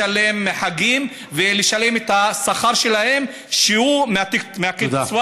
לשלם חגים ולשלם את השכר שלהם כשהוא מהקצבה